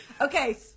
Okay